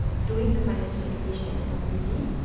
ah doing the financial education is not easy